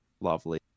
lovely